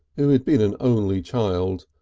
who had been an only child,